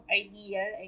ideal